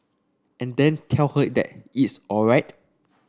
and then tell her that it's alright